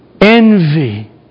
envy